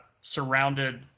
surrounded